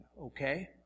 okay